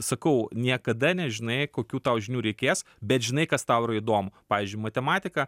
sakau niekada nežinai kokių tau žinių reikės bet žinai kas tau yra įdomu pavyzdžiui matematika